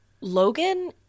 Logan